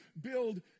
build